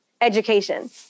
education